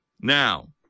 Now